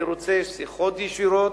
אני רוצה שיחות ישירות,